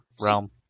realm